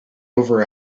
over